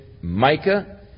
Micah